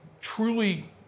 truly